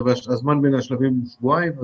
הזמן בין השלבים הוא שבועיים.